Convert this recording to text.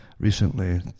Recently